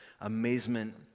amazement